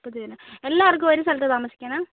മുപ്പത് തന്നെ എല്ലാവർക്കും ഒരു സ്ഥലത്ത് താമസിക്കാനാണോ